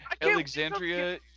Alexandria